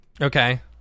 okay